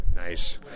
Nice